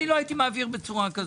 אני לא הייתי מעביר בצורה כזאת.